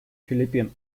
филиппин